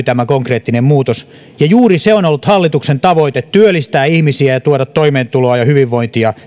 tämä konkreettinen muutos näkyy ja juuri se on ollut hallituksen tavoite työllistää ihmisiä ja tuoda toimeentuloa ja hyvinvointia